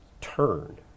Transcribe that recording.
turn